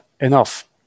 enough